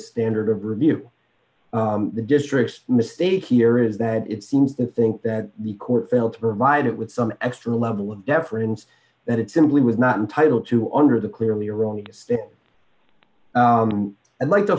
standard of review the district mistake here is that it seems to think that the court failed to provide it with some extra level of deference that it simply was not entitled to under the clearly erroneous and like the